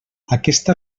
aquesta